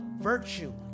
virtue